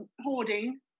hoarding